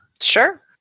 Sure